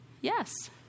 Yes